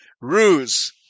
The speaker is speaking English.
ruse